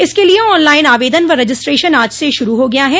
इसके लिए online आवेदन व रजिस्ट्रेशन आज से शुरू हो गया है